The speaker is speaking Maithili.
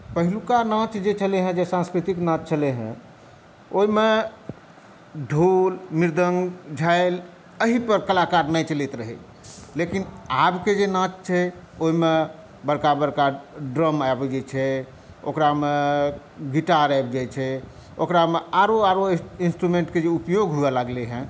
पहिलुका नाँच जे छलै हेँ जे सांस्कृतिक नाँच छलै हेँ ओहिमे ढोल मृदङ्ग झालि एहिपर कलाकार नाचि लैत रहै लेकिन आबके जे नाच छै ओहिमे बड़का बड़्का ड्रम आबि जाइत छै ओकरामे गिटार आबि जाइत छै ओकरामे आरो आरो इंस्ट्रूमेंटके जे उपयोग हुअऽ लगलै हेँ